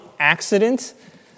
Accident